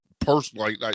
Personally